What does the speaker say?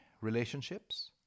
relationships